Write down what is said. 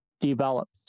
develops